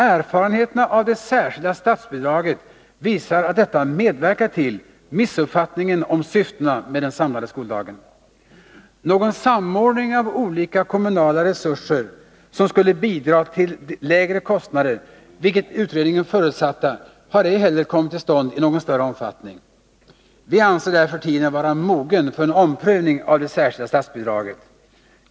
Erfarenheterna av det särskilda statsbidraget visar att detta medverkat till missuppfattningen om syftena med den samlade skoldagen. Någon samordning av olika kommunala reseruser som skulle bidra till lägre kostnader — vilket utredningen förutsatte — har ej heller kommit till stånd i någon större omfattning. Vi anser därför tiden vara mogen för en omprövning av det särskilda statsbidraget.